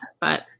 but-